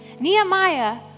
Nehemiah